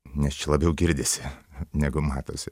nes čia labiau girdisi negu matosi